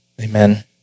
Amen